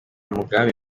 mugambi